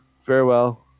farewell